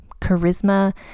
charisma